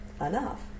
enough